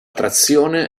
trazione